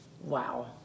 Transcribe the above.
Wow